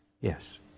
Yes